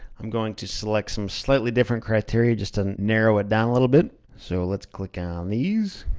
i'm going to select some slightly different criteria, just to narrow it down a little bit. so, let's click on these.